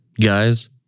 Guys